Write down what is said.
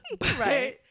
Right